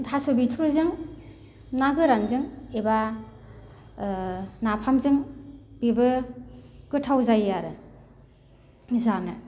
थास' बेथ'रिजों ना गोरानजों एबा ओ नाफामजों बेबो गोथाव जायो आरो जानो